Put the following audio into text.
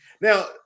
Now